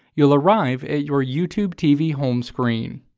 you'll arrive at your youtube tv home screen.